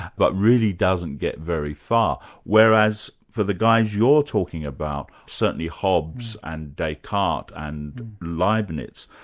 but really doesn't get very far. whereas, for the guys you're talking about, certainly hobbes and descartes and leibnitz,